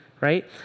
right